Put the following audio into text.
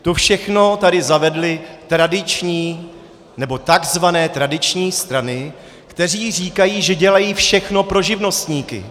To všechno tady zavedly tradiční, nebo takzvané tradiční strany, které říkají, že dělají všechno pro živnostníky.